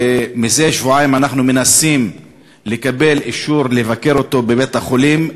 ומזה שבועיים אנחנו מנסים לקבל אישור לבקר אותו בבית-החולים.